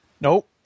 Nope